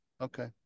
okay